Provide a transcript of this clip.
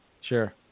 Sure